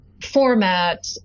format